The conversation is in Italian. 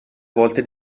volte